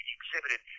exhibited